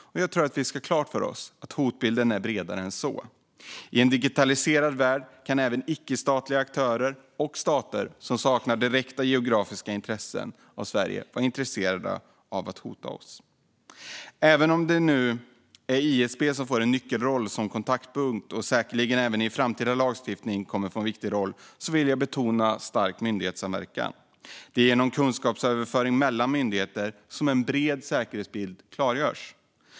Men jag tror att vi ska ha klart för oss att hotbilden är bredare än så. I en digitaliserad värld kan även icke-statliga aktörer och stater som saknar direkta geografiska intressen i Sverige vara intresserade av att hota oss. Även om ISP nu får en nyckelroll som kontaktpunkt och säkerligen även i framtida lagstiftning vill jag betona vikten av stark myndighetssamverkan. Det är genom kunskapsöverföring mellan myndigheter som en bred säkerhetsbild klargörs.